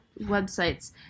websites